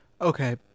Okay